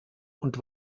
und